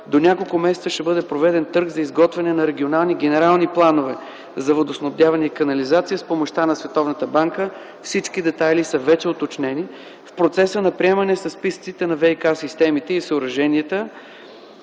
до няколко месеца ще бъде проведен търг за изготвяне на регионални генерални планове за водоснабдяване и канализация с помощта на Световната банка. Всички детайли са вече уточнени. В процеса на приемане са списъците на ВиК-системите и съоръженията,